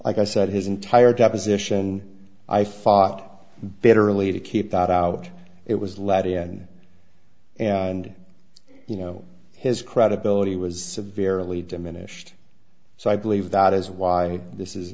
like i said his entire deposition i fought bitterly to keep that out it was let in and you know his credibility was severely diminished so i believe that is why this is